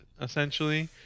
essentially